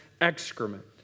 Excrement